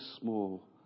small